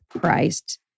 Christ